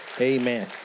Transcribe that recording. Amen